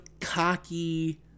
cocky